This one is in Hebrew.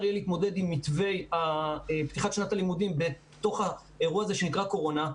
להתמודד עם פתיחת שנת הלימודים בתוך האירוע הזה שנקרא קורונה.